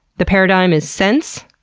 the paradigm is sense,